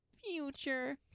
future